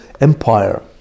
empire